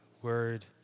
Word